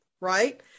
right